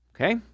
Okay